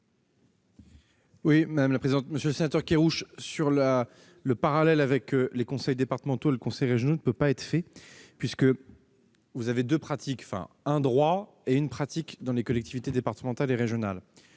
à M. le ministre. Monsieur le sénateur Kerrouche, le parallèle avec les conseils départementaux et les conseils régionaux ne peut pas être fait puisque vous avez un droit et une pratique dans les collectivités départementales et régionales.